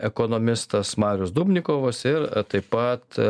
ekonomistas marius dubnikovas ir taip pat